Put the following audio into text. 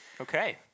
Okay